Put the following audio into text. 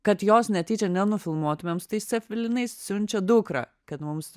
kad jos netyčia ne nufilmuotamėm su tais cepelinais siunčia dukrą kad mums